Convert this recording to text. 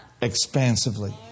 expansively